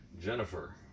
Jennifer